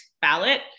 ballot